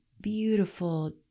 beautiful